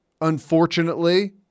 unfortunately